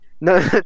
No